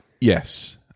Yes